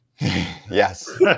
Yes